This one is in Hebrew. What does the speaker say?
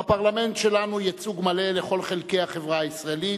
בפרלמנט שלנו ייצוג מלא לכל חלקי החברה הישראלית,